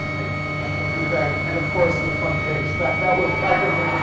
i practically begged. and of course, in the front page that that was practically